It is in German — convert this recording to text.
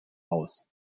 aus